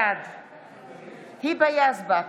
בעד היבה יזבק,